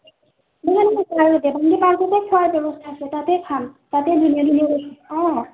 দেৱাংগী পাৰ্কতে খোৱাৰ ব্যৱস্থা আছে তাতে খাম তাতে ধুনীয়া ধুনীয়া বস্তু অঁ